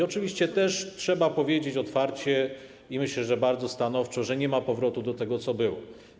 Oczywiście też trzeba powiedzieć otwarcie i myślę, że bardzo stanowczo, że nie ma powrotu do tego, co było.